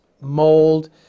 mold